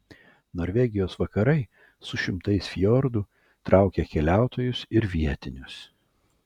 norvegijos vakarai su šimtais fjordų traukia keliautojus ir vietinius